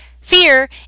fear